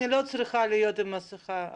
אני לא צריכה להיות עם מסכה.